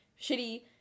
shitty